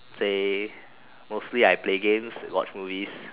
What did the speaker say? say mostly I play games watch movies